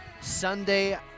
Sunday